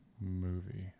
movie